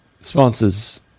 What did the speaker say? sponsors